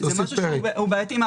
זה בעייתי.